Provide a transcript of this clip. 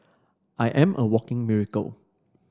I am a walking miracle